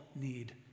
need